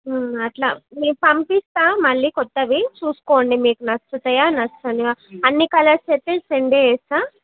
అట్లా నేను పంపిస్తాను మళ్ళీ కొత్తవి చూసుకోండి మీకు నచ్చుతాయా నచ్చనివా అన్ని కలర్స్ అయితే సెండ్ చేస్తాను